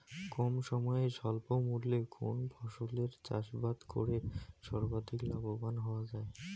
কম সময়ে স্বল্প মূল্যে কোন ফসলের চাষাবাদ করে সর্বাধিক লাভবান হওয়া য়ায়?